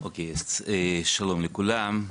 שלום לכולם.